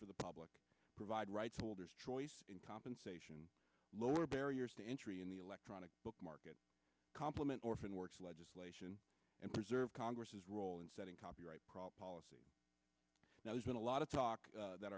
for the public to provide rights holders choice in compensation lower barriers to entry in the electronic book market complement orphan works legislation and preserve congress's role in setting copyright problem now there's been a lot of talk that